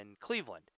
Cleveland